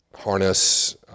harness